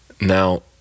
Now